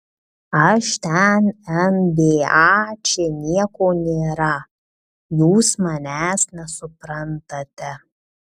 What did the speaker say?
aš ten nba čia nieko nėra jūs manęs nesuprantate